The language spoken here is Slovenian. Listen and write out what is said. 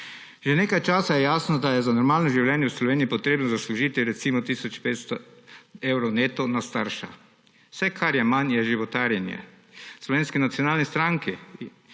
Že nekaj časa je jasno, da je za normalno življenje v Sloveniji potrebno zaslužiti recimo tisoč 500 evrov neto na starša. Vse, kar je manj, je životarjenje. V Slovenski nacionalni stranki